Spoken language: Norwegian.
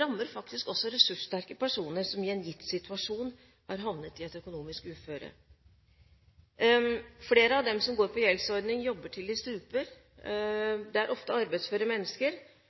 rammer faktisk også ressurssterke personer som i en gitt situasjon har havnet i et økonomisk uføre. Flere av dem som går på gjeldsordning, jobber til de stuper. Det er ofte arbeidsføre mennesker,